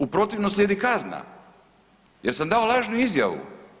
U protivnom slijedi kazna jer sam dao javnu izjavu.